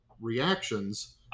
reactions